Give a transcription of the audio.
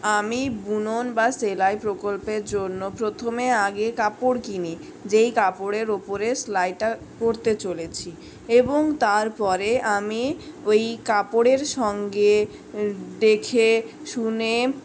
আমি বুনন বা সেলাই প্রকল্পের জন্য প্রথমে আগে কাপড় কিনি যেই কাপড়ের উপর সেলাইটা করতে চলেছি এবং তারপরে আমি ওই কাপড়ের সঙ্গে দেখে শুনে